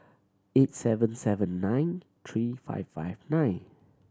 eight seven seven nine three five five nine